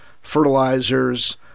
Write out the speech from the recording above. fertilizers